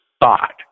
thought